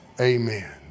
amen